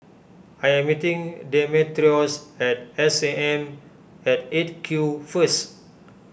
I am meeting Demetrios at S A M at eight Q first